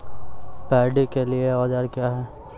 Paddy के लिए औजार क्या हैं?